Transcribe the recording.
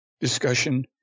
discussion